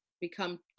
become